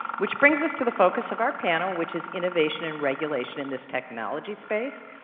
which brings us to the focus of our panel, which is innovation and regulation in this technology space.